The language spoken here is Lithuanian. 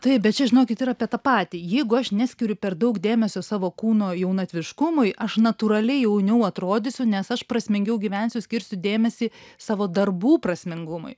taip bet čia žinokit yra apie tą patį jeigu aš neskiriu per daug dėmesio savo kūno jaunatviškumui aš natūraliai jauniau atrodysiu nes aš prasmingiau gyvensiu skirsiu dėmesį savo darbų prasmingumui